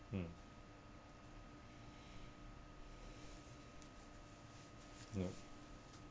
mm ya